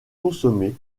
consommées